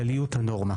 הנורמה